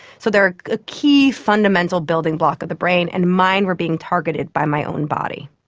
so they are a key fundamental building block of the brain, and mine were being targeted by my own body.